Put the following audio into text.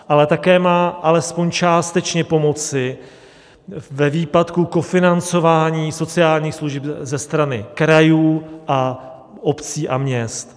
Ale také má alespoň částečně pomoci ve výpadku kofinancování sociálních služeb ze strany krajů, obcí a měst.